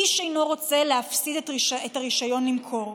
איש אינו רוצה להפסיד את הרישיון למכור.